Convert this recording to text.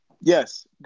Yes